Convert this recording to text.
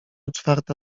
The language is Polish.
czwarta